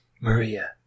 Maria